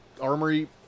armory